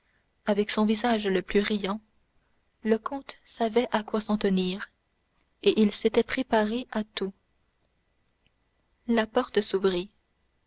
avec son visage le plus riant le comte savait à quoi s'en tenir et il s'était préparé à tout la porte s'ouvrit